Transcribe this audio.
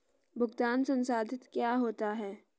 भुगतान संसाधित क्या होता है?